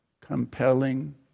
compelling